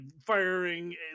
firing